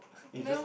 it's just